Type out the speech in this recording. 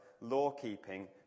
law-keeping